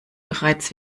bereits